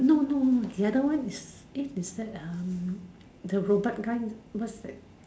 no no no the other one is eh it that um the robot guy what's that